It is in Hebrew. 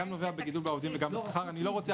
כתוב לך